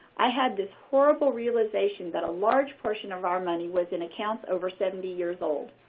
i had this horrible realization that a large portion of our money was in accounts over seventy years old.